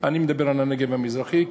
אני מדבר על הנגב המזרחי.